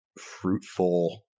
fruitful